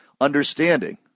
understanding